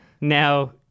now